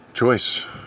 Choice